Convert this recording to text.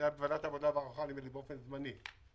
זה היה בוועדת העבודה והרווחה באופן זמני.